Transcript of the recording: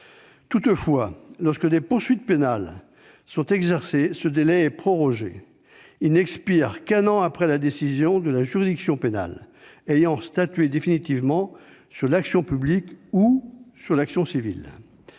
Toutefois, lorsque des poursuites pénales sont exercées, ce délai est prorogé. Il n'expire qu'un an après la décision de la juridiction pénale ayant statué définitivement sur l'action publique ou sur l'action civile.